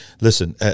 Listen